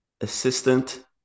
assistant